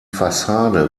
fassade